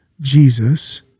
Jesus